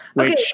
Okay